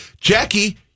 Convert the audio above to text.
Jackie